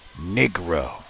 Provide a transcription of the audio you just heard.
negro